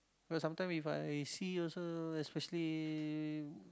because sometimes If I see also especially